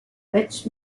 which